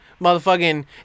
motherfucking